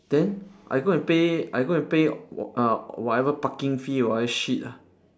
then I go and pay I go and pay uh whatever parking fee or whatever shit ah